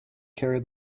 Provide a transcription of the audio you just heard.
carry